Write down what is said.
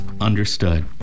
understood